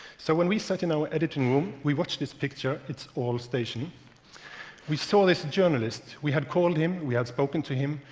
so when we sat in our editing room, we watched this picture it's all al station we saw this journalist. we had called him, we had spoken to him,